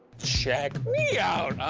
check me out,